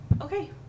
okay